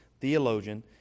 Theologian